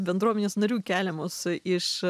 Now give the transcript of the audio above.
bendruomenės narių keliamus iš